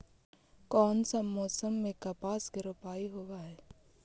कोन सा मोसम मे कपास के रोपाई होबहय?